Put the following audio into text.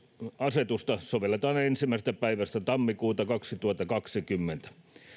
asetusta sovelletaan ensimmäisestä päivästä tammikuuta kaksituhattakaksikymmentä